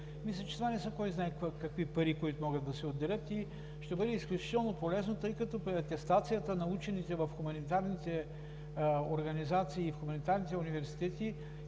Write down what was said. Мисля, че това не са кой знае какви пари, които могат да се отделят, и ще бъде изключително полезно, тъй като при атестацията на учените в хуманитарните организации и хуманитарните университети